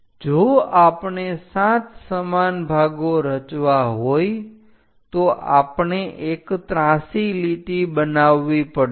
જો આપણે 7 સમાન ભાગો રચવા હોય તો આપણે એક ત્રાંસી લીટી બનાવવી પડશે